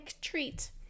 treat